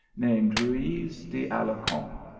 named ruyz de alarcon.